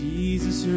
Jesus